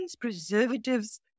preservatives